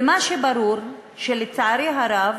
ומה שברור, לצערי הרב,